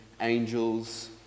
angels